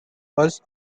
was